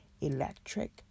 electric